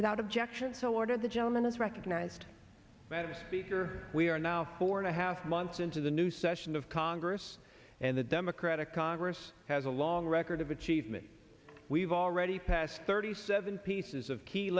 without objection so ordered the gentleman is recognized by the speaker we are now four and a half months into the new session of congress and the democratic congress has a long record of achievement we've already passed thirty seven pieces of key